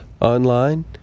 online